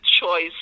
choice